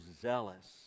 zealous